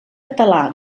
català